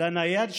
לנייד שלו,